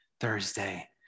Thursday